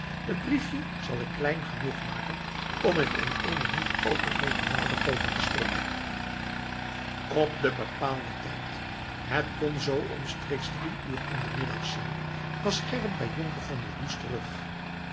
het briefje zal ik klein genoeg maken om het in eenen niet al te grooten naaldenkoker te steken op den bepaalden tijd het kon zoo omstreeks drie uur in den middag zijn was gerrit bij jonker van der does terug